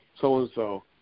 so-and-so